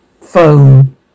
phone